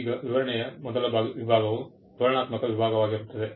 ಈಗ ವಿವರಣೆಯ ಮೊದಲ ವಿಭಾಗವು ವಿವರಣಾತ್ಮಕ ವಿಭಾಗವಾಗಿರುತ್ತದೆ